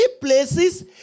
places